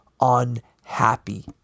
unhappy